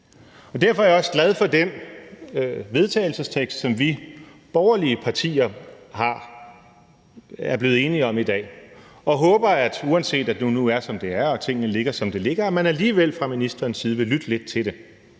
Derfor er jeg også glad for det forslag til vedtagelse, som vi borgerlige partier er blevet enige om i dag, og jeg håber, uanset at det nu er, som det er, og at tingene ligger, som de ligger, at man alligevel fra ministerens side vil lytte lidt til det